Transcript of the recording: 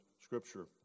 scripture